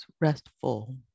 restful